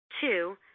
Two